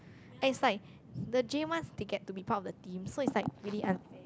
and is like the J ones they get to be part of the team so is like really unfair